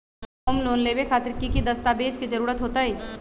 Home loan लेबे खातिर की की दस्तावेज के जरूरत होतई?